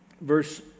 Verse